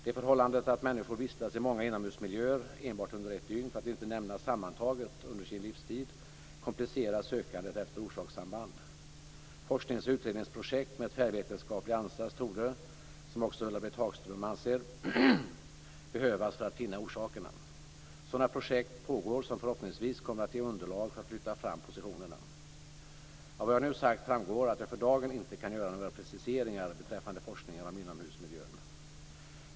Det förhållandet att människor vistas i många inomhusmiljöer enbart under ett dygn, för att inte nämna sammantaget under sin livstid, komplicerar sökandet efter orsakssamband. Forsknings och utredningsprojekt med tvärvetenskaplig ansats torde, som också Ulla-Britt Hagström anger, behövas för att finna orsakerna. Sådana projekt pågår som förhoppningsvis kommer att ge underlag för att flytta fram positionerna. Av vad jag nu sagt framgår att jag för dagen inte kan göra några preciseringar beträffande forskningen om inomhusmiljön.